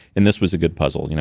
and this was a good puzzle. you know